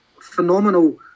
phenomenal